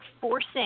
forcing